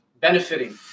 benefiting